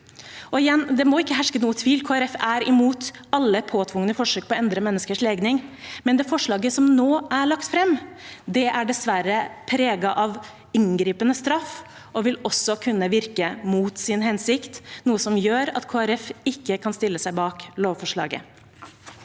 det må ikke herske noen tvil: Kristelig Folkeparti er imot alle påtvungne forsøk på å endre menneskers legning, men det forslaget som nå er lagt fram, er dessverre preget av inngripende straff, og det vil også kunne virke mot sin hensikt, noe som gjør at Kristelig Folkeparti ikke kan stille seg bak lovforslaget.